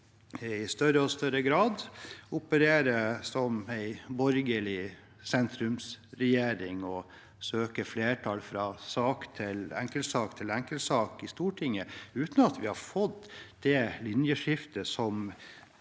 i større og større grad opererer som en borgerlig sentrumsregjering, som søker flertall fra enkeltsak til enkeltsak i Stortinget, uten at vi har fått det linjeskiftet som